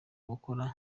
gukora